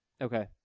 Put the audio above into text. Okay